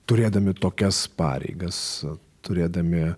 turėdami tokias pareigas turėdami